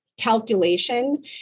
calculation